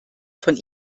von